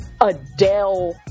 Adele